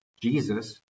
Jesus